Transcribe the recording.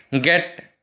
get